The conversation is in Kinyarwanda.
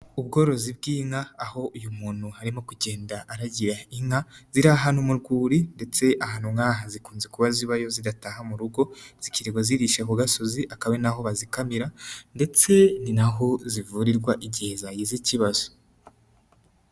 Ubworozi bw'inka, aho uyu muntu arimo kugenda aragira inka, ziri ahantu mu rwuri ndetse ahantu nk'aha zikunze kuba zibayo zidataha mu rugo, zikrirwa zirisha ku gasozi, akaba ari naho bazikamira ndetse ni naho zivurirwa igihe zagize ikibazo.